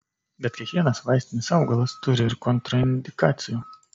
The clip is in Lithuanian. bet kiekvienas vaistinis augalas turi ir kontraindikacijų